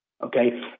Okay